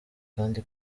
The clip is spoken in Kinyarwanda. kandi